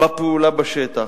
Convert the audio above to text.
בפעולה בשטח.